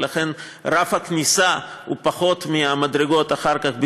ולכן רף הכניסה הוא פחות מהמדרגות אחר כך,